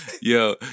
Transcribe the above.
yo